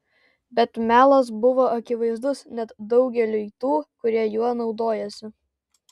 bet melas buvo akivaizdus net daugeliui tų kurie juo naudojosi